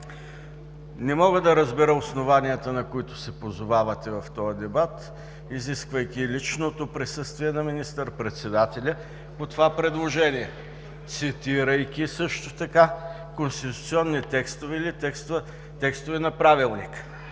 не мога да разбера основанията, на които се позовавате в този дебат, изисквайки личното присъствие на министър-председателя по това предложение, цитирайки също така конституционни текстове или текстове на Правилника?